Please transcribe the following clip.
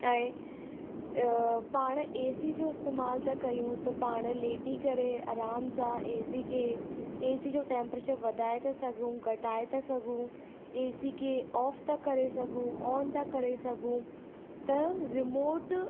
ऐं पाण AC जो इस्तेमाल था कयूं त पाण लेटी करे आराम सां ए सी खे ए सी जो टैंपरेचर वधाए था सघूं घटाए था सघूं ए सी खे ऑफ था करे सघूं ऑन था करे सघूं त रिमोट